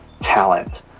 talent